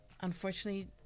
unfortunately